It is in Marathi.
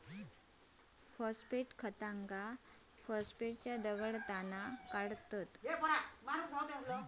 फॉस्फेट खतांका फॉस्फेटच्या दगडातना काढतत